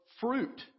fruit